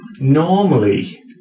normally